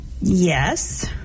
yes